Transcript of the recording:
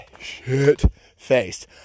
shit-faced